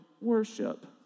worship